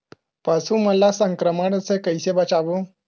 पशु मन ला संक्रमण से कइसे बचाबो?